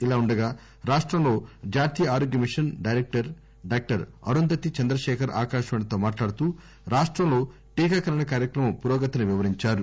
ఇలా ఉండగా రాష్టంలో జాతీయ ఆరోగ్య mission director doctor Arundhati Chandrasekhar ఆకాశవాణితో మాట్లాడుతూ రాష్టంలో టీకాకరణ కార్యక్రమం పురోగతిని వివరించారు